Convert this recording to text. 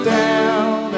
down